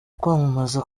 kwamamaza